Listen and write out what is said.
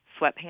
sweatpants